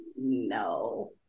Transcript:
no